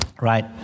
right